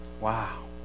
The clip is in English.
Wow